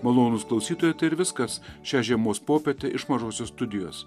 malonūs klausytojai tai ir viskas šią žiemos popietę iš mažosios studijos